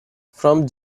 from